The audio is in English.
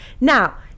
Now